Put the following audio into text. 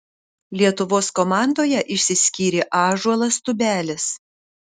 lietuvos komandoje išsiskyrė ąžuolas tubelis